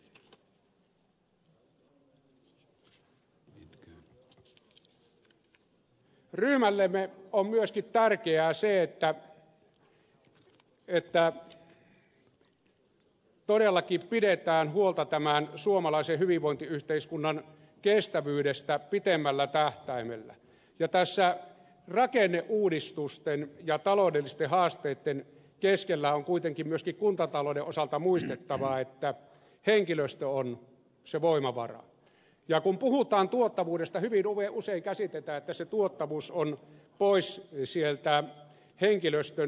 ryhmällemme on myöskin tärkeää se että todellakin pidetään huolta tämän suomalaisen hyvinvointiyhteiskunnan kestävyydestä pitemmällä tähtäimellä ja tässä rakenneuudistusten ja taloudellisten haasteitten keskellä on kuitenkin myöskin kuntatalouden osalta muistettava että henkilöstö on se voimavara ja kun puhutaan tuottavuudesta hyvin usein käsitetään että se tuottavuus on pois sieltä henkilöstön selkänahasta